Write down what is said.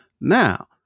Now